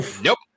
Nope